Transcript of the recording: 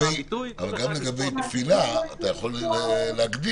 הביטוי --- אבל גם לגבי תפילה אתה יכול להגדיר.